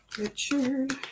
Richard